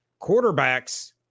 quarterbacks